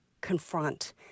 confront